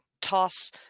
toss